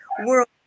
world